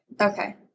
Okay